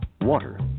water